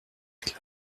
mille